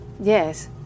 Yes